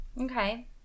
Okay